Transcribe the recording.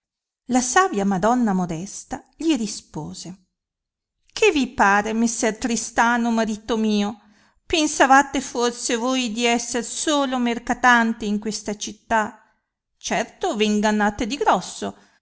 la savia madonna modesta gli rispose che vi pare messer tristano marito mio pensavate forse voi di esser solo mercatante in questa città certo ve ingannate di grosso